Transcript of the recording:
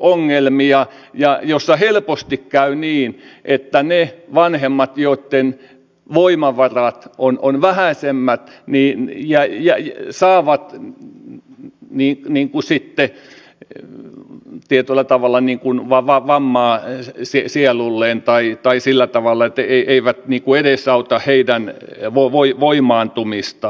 ongelmia ja joissa helposti käy niin että ne vanhemmat joitten voimavarat ovat vähäisemmät niin ja jäi saamatta ja miettinen kuusi pekka saavat sitten tietyllä tavalla vammaa sielulleen tai sillä tavalla etteivät niin kuin edesauttaa heidän voimaantumistaan ei edesauteta